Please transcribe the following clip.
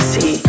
See